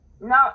No